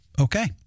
Okay